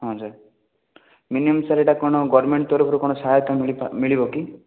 ହଁ sir minimum sir ଏଇଟା କ'ଣ ଗଭର୍ଣ୍ଣମେଣ୍ଟ୍ ତରଫରୁ କ'ଣ ସାହାୟତା ମିଳି ପା ମିଳିବ କି